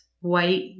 white